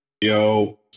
yo